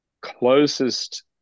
closest